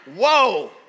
Whoa